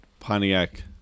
Pontiac